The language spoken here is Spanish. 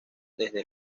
desde